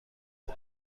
بود